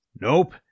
Nope